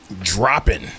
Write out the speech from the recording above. dropping